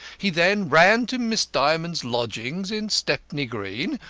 he then ran to miss dymond's lodgings in stepney green,